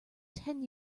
ten